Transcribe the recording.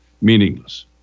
meaningless